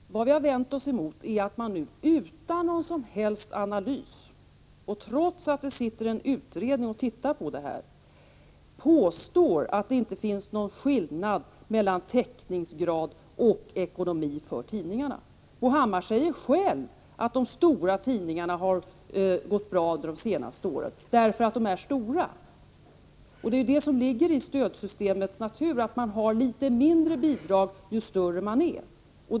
Vad vi vänder oss emot är att man nu, utan någon som helst analys och trots att det sitter en utredning, påstår att det inte finns någon skillnad mellan täckningsgrad och ekonomi för tidningarna. Bo Hammar säger själv att det har gått bra för de stora tidningarna under de senaste åren därför att de är stora. Det ligger i stödsystemet att ju större tidningen är desto mindre bidrag man får.